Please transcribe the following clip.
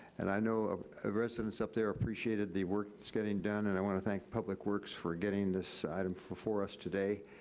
and i know of residents up there appreciated the work that's getting done, and i wanna thank public works for getting this item for for us today.